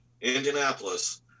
Indianapolis